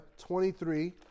23